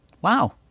Wow